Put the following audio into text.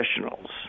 professionals